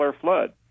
flood